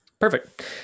Perfect